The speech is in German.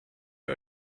ihr